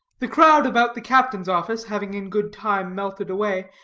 the crowd about the captain's office, having in good time melted away,